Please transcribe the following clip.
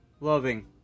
loving